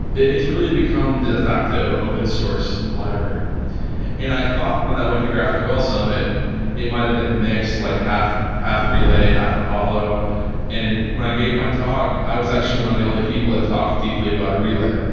it's really become the defacto open source library and i thought when i went to graphql summit it might have been mixed like half half relay, half apollo and when i gave my talk i was actually one of the only people that talked deeply about relay.